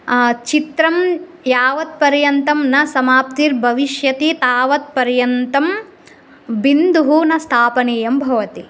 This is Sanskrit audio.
चित्रं यावत्पर्यन्तं न समाप्तिर्भविष्यति तावत्पर्यन्तं बिन्दुः न स्थापनीयं भवति